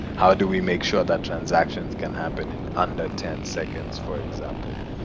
how do we make sure that transactions can happen in under ten seconds, for example?